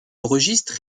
registre